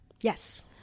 yes